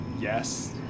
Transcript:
yes